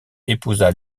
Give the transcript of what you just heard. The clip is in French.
épousa